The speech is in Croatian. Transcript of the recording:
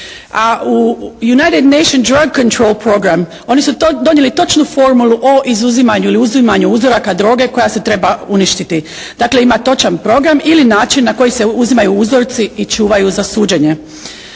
u Unitet nation drog controle program oni su donijeli točnu formulu o izuzimanju ili uzimanju uzoraka droge koja se treba uništiti. Dakle ima točan program ili način na koji se uzimaju uzorci i čuvaju za suđenje.